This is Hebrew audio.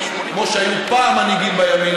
כמו שהיו פעם מנהיגים בימין,